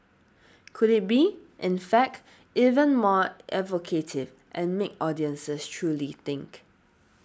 could it be in fact even more evocative and make audiences truly think